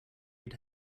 had